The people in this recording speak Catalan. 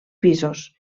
pisos